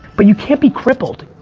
but you can't be crippled.